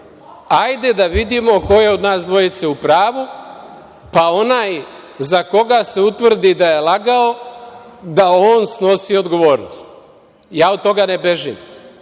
Hajde da vidimo ko je od nas dvojice u pravu, pa onaj za koga se utvrdi da je lagao, da on snosi odgovornost. Ja od toga ne bežim. Dragan